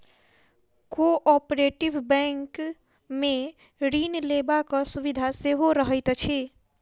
cooperative बैंकमे ऋण लेबाक सुविधा सेहो रहैत अछि